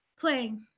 playing